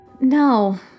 No